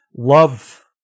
Love